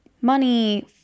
money